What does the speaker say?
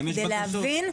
כדי להבין את הביקושים.